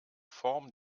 form